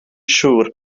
siŵr